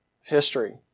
history